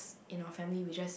in our family we just